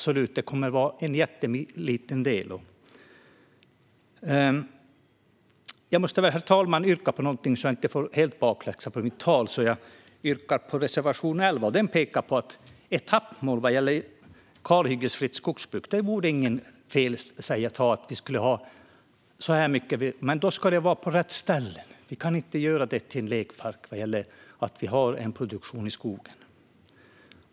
Men det kommer att vara en mycket liten del. Jag yrkar bifall till reservation 11 så att jag inte får bakläxa. Den pekar på etappmål när det gäller kalhyggesfritt skogsbruk, och det vore inte fel i sig, men då ska det vara på rätt ställe. Vi kan inte göra det till en lekpark när vi ska ha produktion i skogen.